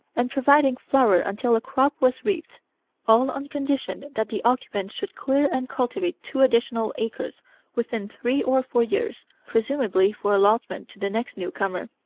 and providing flour until a crop was reaped all on condition that the occupant should clear and cultivate two additional acres within three or four years, presumably for allotment to the next new-comer.